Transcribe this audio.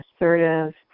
assertive